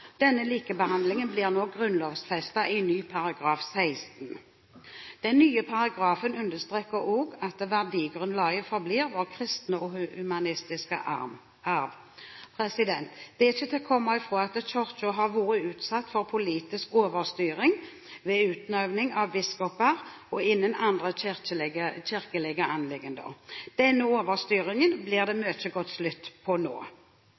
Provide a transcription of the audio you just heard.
Denne likebehandlingen blir nå grunnlovfestet i en ny § 16. Den nye paragrafen understreker også at verdigrunnlaget forblir vår kristne og humanistiske arv. Det er ikke til å komme fra at Kirken har vært utsatt for politisk overstyring ved utnevning av biskoper og når det gjelder andre kirkelige anliggender. Denne overstyringen blir det så godt som slutt på nå.